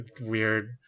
weird